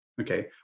Okay